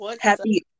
happy